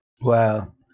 Wow